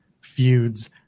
feuds